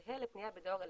זה לפניה בדואר אלקטרוני.